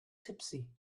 tipsy